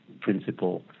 principle